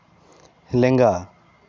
ᱞᱮᱸᱜᱟ